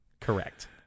Correct